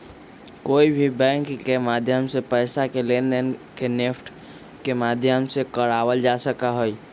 कोई भी बैंक के माध्यम से पैसा के लेनदेन के नेफ्ट के माध्यम से करावल जा सका हई